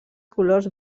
colors